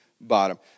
bottom